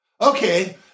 Okay